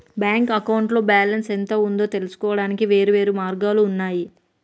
bank అకౌంట్లో balance ఎంత ఉందో తెలుసుకోవడానికి వేర్వేరు మార్గాలు ఉన్నయి